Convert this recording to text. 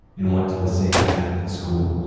and went to the same catholic school.